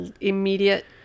immediate